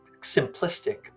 simplistic